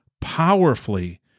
powerfully